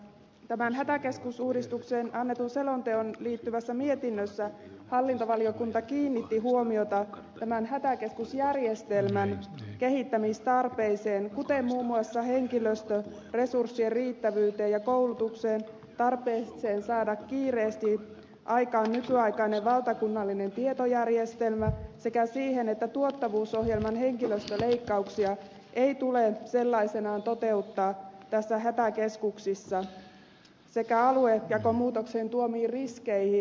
tähän hätäkeskusuudistukseen annettuun selontekoon liittyvässä mietinnössä hallintovaliokunta kiinnitti huomiota hätäkeskusjärjestelmän kehittämistarpeeseen kuten muun muassa henkilöstöresurssien riittävyyteen ja koulutukseen tarpeeseen saada kiireesti aikaan nykyaikainen valtakunnallinen tietojärjestelmä sekä siihen että tuottavuusohjelman henkilöstöleikkauksia ei tule sellaisinaan toteuttaa hätäkeskuksissa sekä aluejakomuutoksen tuomiin riskeihin